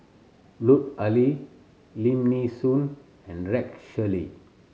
Lut Ali Lim Nee Soon and Rex Shelley